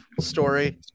story